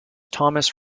thomas